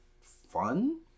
fun